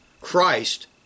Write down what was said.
Christ